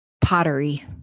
Pottery